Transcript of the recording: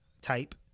type